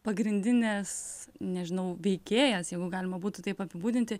pagrindinis nežinau veikėjas jeigu galima būtų taip apibūdinti